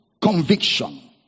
conviction